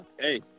Hey